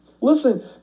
Listen